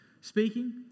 speaking